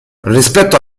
rispetto